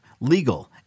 legal